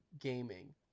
gaming